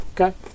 Okay